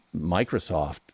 Microsoft